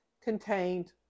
contained